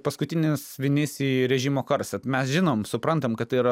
paskutinis vinis į režimo karsą mes žinom suprantam kad tai yra